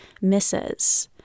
misses